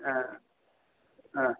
हा हा